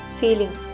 feeling